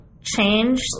change